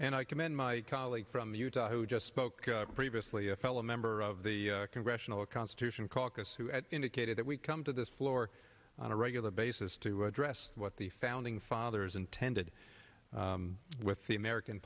and i commend my colleague from utah who just spoke previously a fellow member of the congressional a constitution caucus who indicated that we come to this floor on a regular basis to address what the founding fathers intended with the american